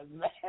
man